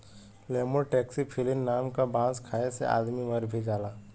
lemur taxiphyllin नाम क बांस खाये से आदमी मर भी जाला